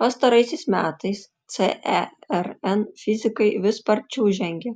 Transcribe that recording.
pastaraisiais metais cern fizikai vis sparčiau žengia